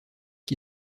qui